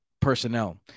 personnel